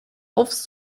aufs